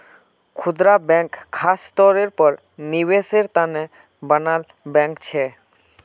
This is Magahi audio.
खुदरा बैंक ख़ास तौरेर पर निवेसेर तने बनाल बैंक छे